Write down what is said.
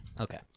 Okay